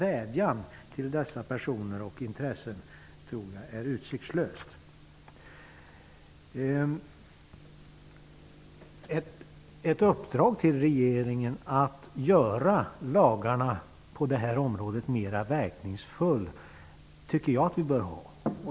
Jag tycker att vi borde uppdra åt regeringen att göra lagarna på det här området mera verkningsfulla.